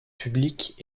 publiques